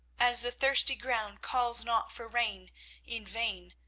as the thirsty ground calls not for rain in vain,